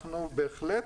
אנחנו בהחלט,